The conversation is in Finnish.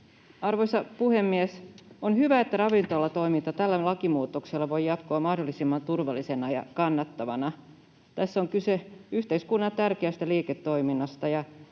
Arvoisa puhemies! On hyvä, että ravintolatoiminta tällä lakimuutoksella voi jatkua mahdollisimman turvallisena ja kannattavana. Tässä on kyse yhteiskunnalle tärkeästä liiketoiminnasta,